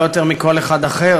לא יותר מכל אחד אחר,